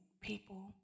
people